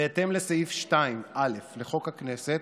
בהתאם לסעיף 2א לחוק הכנסת,